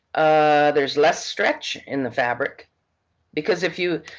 ah there's less stretch in the fabric because if you,